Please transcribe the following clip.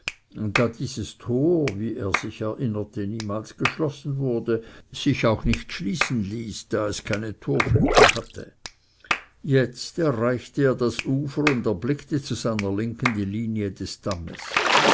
da dieses tor wie er sich erinnerte niemals geschlossen wurde sich auch nicht schließen ließ da es keine torflügel hatte jetzt erreichte er das ufer und erblickte zu seiner linken die linie des dammes